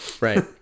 Right